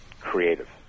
creative